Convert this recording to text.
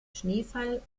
schneefall